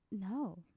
No